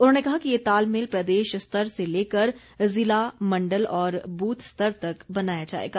उन्होंने कहा कि ये तालमेल प्रदेश स्तर से लेकर ज़िला मण्डल और बूथ स्तर तक बनाया जाएगा